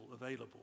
available